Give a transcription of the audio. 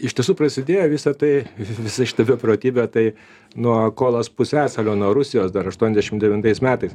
iš tiesų prasidėjo visa tai visa šita beprotybė tai nuo kolos pusiasalio nuo rusijos dar aštuoniasdešim devintais metais